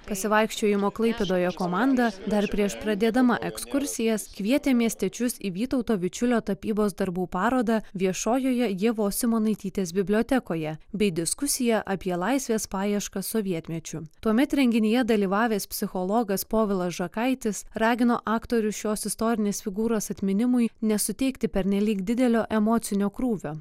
pasivaikščiojimo klaipėdoje komanda dar prieš pradėdama ekskursijas kvietė miestiečius į vytauto vičiulio tapybos darbų parodą viešojoje ievos simonaitytės bibliotekoje bei diskusiją apie laisvės paieškas sovietmečiu tuomet renginyje dalyvavęs psichologas povilas žakaitis ragino aktorius šios istorinės figūros atminimui nesuteikti pernelyg didelio emocinio krūvio